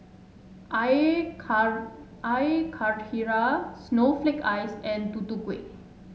air car Air Karthira Snowflake Ice and Tutu Kueh